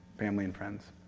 family and friends.